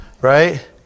right